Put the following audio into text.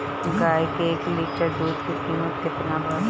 गाय के एक लीटर दूध के कीमत केतना बा?